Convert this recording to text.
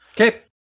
Okay